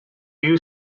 you